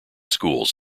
schools